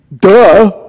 Duh